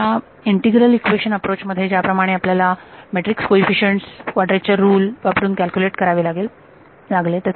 आपल्या integral equation approach मध्ये ज्या प्रमाणे आपल्याला मॅट्रिक्स कोईफिशंट कॉड्रेचर रुल वापरून कॅल्क्युलेट करावे लागले